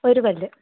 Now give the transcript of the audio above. ഒരു പല്ല്